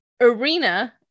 Arena